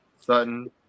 Sutton